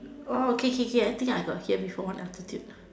okay okay okay I think I got hear before one of the tune